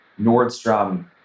Nordstrom